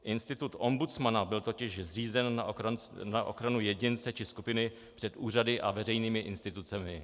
Institut ombudsmana byl totiž zřízen na ochranu jedince či skupiny před úřady a veřejnými institucemi.